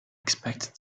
expected